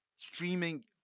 Streaming